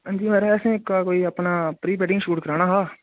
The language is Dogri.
हांजी माराज असें कोई अपना प्री वेडिंग शूट कराना हा